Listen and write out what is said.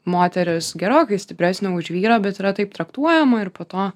moteris gerokai stipresnė už vyrą bet yra taip traktuojama ir po to